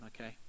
okay